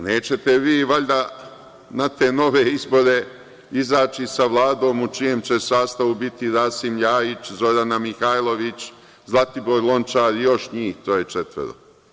Nećete vi valjda na te nove izbore izaći sa Vladom u čijem će sastavu biti Rasim LJajić, Zorana Mihajlović, Zlatibor Lončar i još njih troje, četvoro.